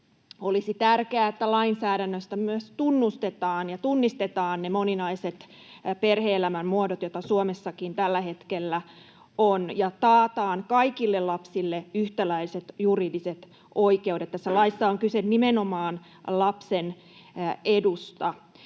Olisi tärkeää, että lainsäädännössä myös tunnustetaan ja tunnistetaan ne moninaiset perhe-elämän muodot, joita Suomessakin tällä hetkellä on, ja taataan kaikille lapsille yhtäläiset juridiset oikeudet. Tässä laissa on kyse nimenomaan lapsen edusta.